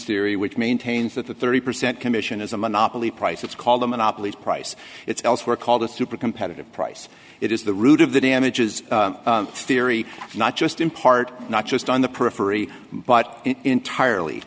theory which maintains that the thirty percent commission is a monopoly price it's called the monopolies price it's elsewhere call the super competitive price it is the root of the damages theory not just in part not just on the periphery but entirely